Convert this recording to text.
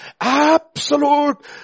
Absolute